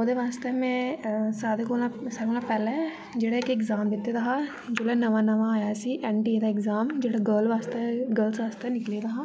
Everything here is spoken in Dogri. ओह्दे बास्तै में सारें कोला पैह्लें जेह्ड़ा इक एग्ज़ाम दित्ते दा हा जेह्ड़ा नमां नमां आया हा एन डी ए दा एग्ज़ाम जेह्ड़ा गर्ल्स आस्तै निकले दा हा